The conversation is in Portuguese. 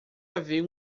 haver